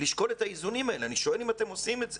לשקול את האיזונים האלה ואני שואל האם אתם עושים את זה.